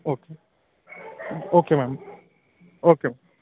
okay okay ma'am okay